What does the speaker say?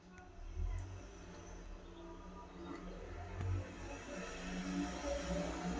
bulldozer ನ ಮುಂದ್ ಇರೋದನ್ನ ಇಂಗ್ಲೇಷನ್ಯಾಗ ಬ್ಯಾಕ್ಹೊ ಅಂತ ಕರಿತಾರ್